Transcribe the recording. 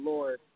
Lord